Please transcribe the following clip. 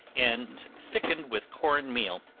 and thickened with corn meal.